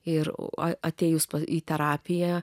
ir atėjus į terapiją